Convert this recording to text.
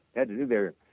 had to do their